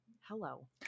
hello